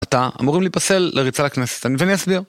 אתה אמורים להיפסל לריצה לכנסת, אתה מבין? ואני אסביר